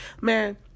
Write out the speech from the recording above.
man